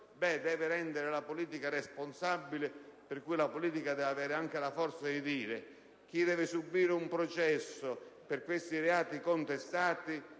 ciò deve rendere la politica responsabile. La politica deve avere anche la forza di dire: chi deve subire un processo per questi reati contestati